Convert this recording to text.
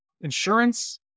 Insurance